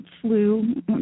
Flu